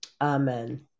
Amen